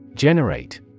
Generate